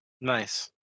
Nice